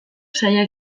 zailak